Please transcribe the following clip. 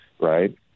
right